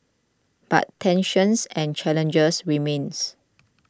but tensions and challenges remain